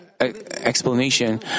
explanation